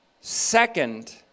second